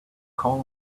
call